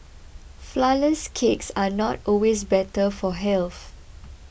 Flourless Cakes are not always better for health